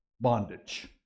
bondage